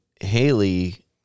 Haley